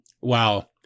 wow